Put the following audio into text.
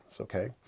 Okay